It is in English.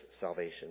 salvation